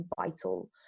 vital